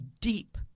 deep